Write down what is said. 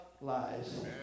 lies